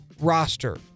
roster